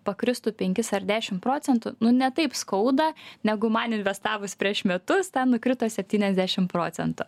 pakristų penkis ar dešim procentų nu ne taip skauda negu man investavus prieš metus ten nukrito septyniasdešim procentų